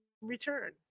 return